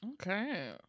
Okay